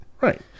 right